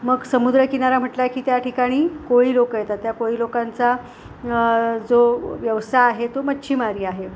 मग समुद्रकिनारा म्हटला की त्या ठिकाणी कोळी लोकं येतात त्या कोळी लोकांचा जो व्यवसाय आहे तो मच्छीमारी आहे